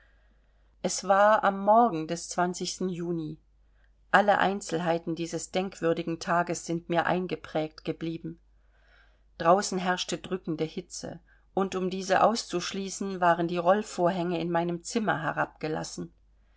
es war am morgen des juni alle einzelheiten dieses denkwürdigen tages sind mir eingeprägt geblieben draußen herrschte drückende hitze und um diese auszuschließen waren die rollvorhänge in meinem zimmer herabgelassen